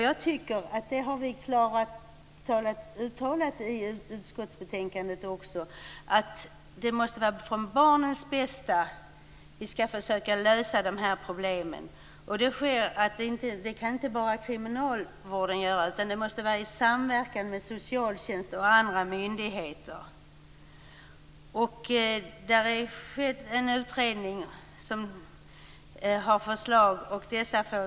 Jag tycker att det framgår av utskottsbetänkandet att problemen skall lösas för barnens bästa. Det kan inte bara kriminalvården göra. Det måste ske i samverkan med socialtjänst och andra myndigheter. Det har kommit förslag i en utredning.